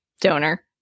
donor